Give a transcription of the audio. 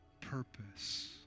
purpose